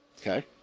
Okay